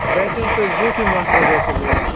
ویسے چھِ تۄہہِ زیوٗٹھٕے مَس روزان اَصٕل حظ